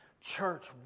Church